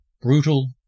Brutal